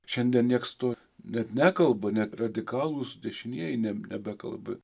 šiandien niekas to net nekalba net radikalūs dešinieji ne nebekalba